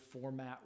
format